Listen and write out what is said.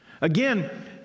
Again